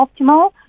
optimal